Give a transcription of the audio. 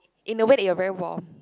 in a way that you're very warm